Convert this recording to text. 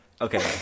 Okay